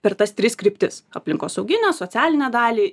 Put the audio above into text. per tas tris kryptis aplinkosauginę socialinę dalį